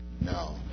No